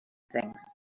things